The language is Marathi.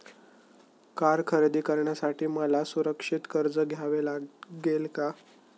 कार खरेदी करण्यासाठी मला सुरक्षित कर्ज घ्यावे लागेल का?